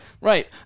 Right